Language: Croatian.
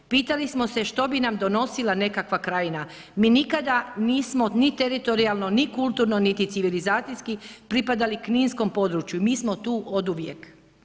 Pitali smo se što bi nam donosila nekakva Krajina, mi nikada nismo ni teritorijalno, ni kulturno, niti civilizacijski pripadali kninskom području, mi smo tu oduvijek.